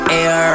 air